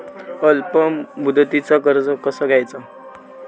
अल्प मुदतीचा कर्ज कसा घ्यायचा?